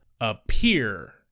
appear